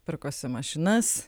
pirkosi mašinas